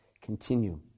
continue